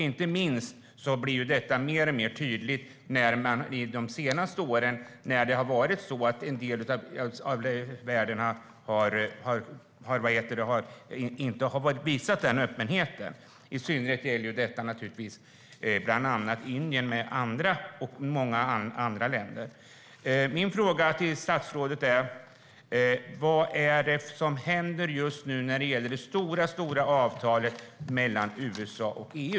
Inte minst har detta blivit mer och mer tydligt under de senaste åren, när en del av världen inte har visat den öppenheten. Det gäller i synnerhet Indien men också många andra länder. Min fråga till statsrådet är: Vad är det som händer just nu när det gäller det stora avtalet mellan USA och EU?